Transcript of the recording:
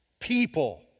people